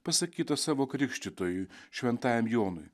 pasakyta savo krikštytojui šventajam jonui